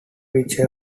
which